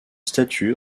statue